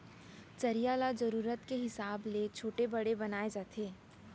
चरिहा ल जरूरत के हिसाब ले छोटे बड़े बनाए जाथे